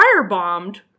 firebombed